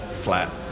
flat